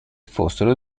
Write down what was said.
fossero